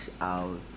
out